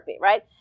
right